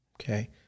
Okay